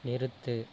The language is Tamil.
நிறுத்து